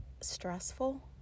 stressful